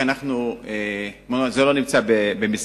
רק שזה לא נמצא במשרדנו.